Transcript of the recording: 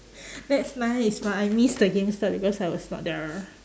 that's nice but I miss the gamestart because I was not there